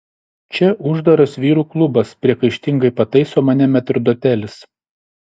čia uždaras vyrų klubas priekaištingai pataiso mane metrdotelis